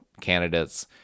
candidates